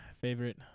favorite